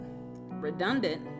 redundant